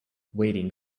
waiting